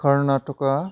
Karnataka